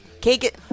Cake